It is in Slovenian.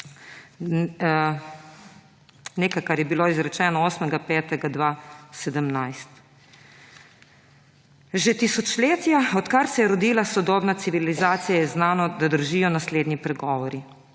nekaj kar je bilo izrečeno 8. 5. 2017. Že tisočletja od kar se je rodila sodobna civilizacija je znano, da držijo naslednji pregovori.